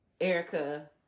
Erica